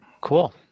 Cool